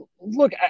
Look